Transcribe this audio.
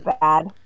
bad